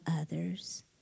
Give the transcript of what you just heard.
others